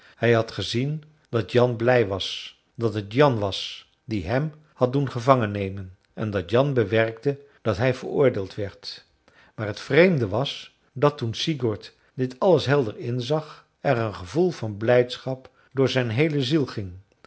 hij had gezien dat jan blij was dat het jan was die hem had doen gevangen nemen en dat jan bewerkte dat hij veroordeeld werd maar het vreemde was dat toen sigurd dit alles helder inzag er een gevoel van blijdschap door zijn heele ziel ging